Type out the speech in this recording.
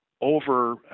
over